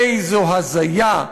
איזו הזיה,